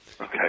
Okay